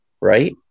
right